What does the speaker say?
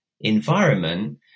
environment